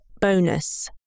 bonus